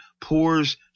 pours